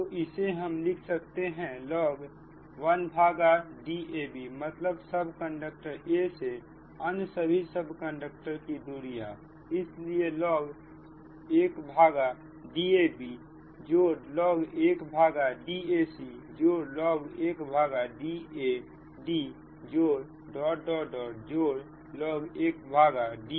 तो इसे हम लिख सकते हैं log1 Dabमतलब सब कंडक्टर a से अन्य सभी सब कंडक्टर की दूरियां इसलिए log1 Dab log1 Dac log1 Dadlog1 Dan